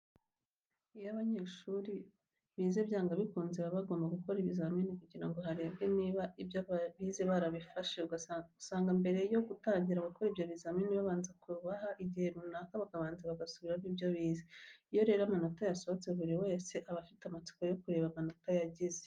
Iyo abanyeshuri bize byanga bikunze baba bagomba gukora ibizamini kugira ngo harebwe niba ibyo bize barabifashe. Usanga mbere yo gutangira gukora ibyo bizamini babanza kubaha igihe runaka bakabanza bagasubiramo ibyo bize. Iyo rero amanota yasohotse buri wese aba afite amatsiko yo kureba amanota yagize.